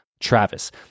Travis